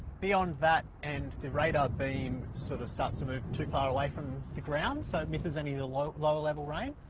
beyond that, and the radar beam sort of starts to move too far away from the ground so it misses any of the lower-level rain.